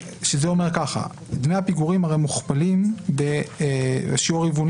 דמי הפיגורים הרי מוכפלים בשיעור הרבעוני